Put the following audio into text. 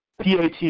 PAT